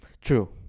true